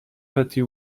petty